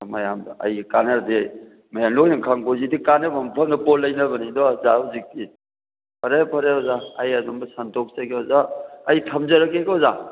ꯃꯌꯥꯝꯗ ꯑꯩꯒꯤ ꯀꯥꯟꯅꯔꯗꯤ ꯃꯌꯥꯝ ꯂꯣꯏꯅ ꯈꯪ ꯄꯣꯠꯅꯤ ꯍꯧꯖꯤꯛꯇꯤ ꯀꯥꯟꯅꯕ ꯃꯐꯝꯗꯣ ꯄꯣꯠ ꯂꯩꯅꯕꯅꯤꯗꯣ ꯑꯣꯖꯥ ꯍꯧꯖꯤꯛꯇꯤ ꯐꯔꯦ ꯐꯔꯦ ꯑꯣꯖꯥ ꯑꯩ ꯑꯗꯨꯝ ꯁꯟꯇꯣꯛꯆꯒꯦ ꯑꯣꯖꯥ ꯑꯩ ꯊꯝꯖꯔꯒꯦꯀꯣ ꯑꯣꯖꯥ